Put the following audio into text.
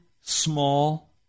small